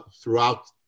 throughout